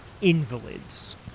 invalids